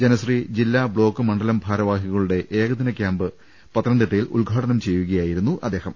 ജനശ്രീ ജില്ലാ ബ്ലോക്ക് മണ്ഡലം ഭാരവാഹികളുടെ ഏകദിന കൃാമ്പ് പത്തനംതിട്ടയിൽ ഉദ്ഘാടനം ചെയ്യുക യായിരുന്നു അദ്ദേഹം